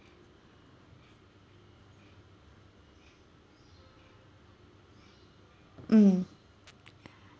mm